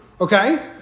okay